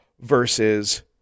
versus